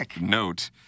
note